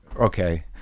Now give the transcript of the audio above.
okay